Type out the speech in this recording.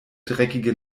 dreckige